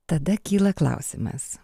tada kyla klausimas